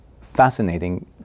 fascinating